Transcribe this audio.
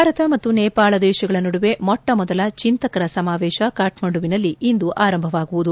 ಭಾರತ ಮತ್ತು ನೇಪಾಳ ದೇಶಗಳ ನಡುವೆ ಮೊಟ್ಟ ಮೊದಲ ಚಿಂತಕರ ಸಮಾವೇಶ ಕಾಕ್ಮಂಡುವಿನಲ್ಲಿ ಇಂದು ಆರಂಭವಾಗುವುದು